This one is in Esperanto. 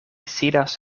sidas